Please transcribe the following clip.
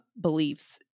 beliefs